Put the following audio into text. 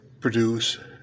produce